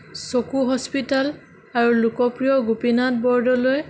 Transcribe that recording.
চকু হস্পিতেল আৰু লোকপ্ৰিয় গোপীনাথ বৰদলৈ